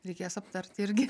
reikės aptarti irgi